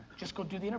just go do the you know